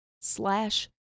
slash